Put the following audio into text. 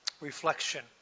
reflection